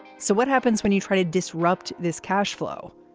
so what happens when you try to disrupt this cash flow.